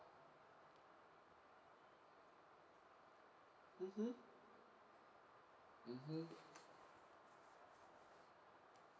mmhmm mmhmm